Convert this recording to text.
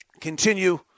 continue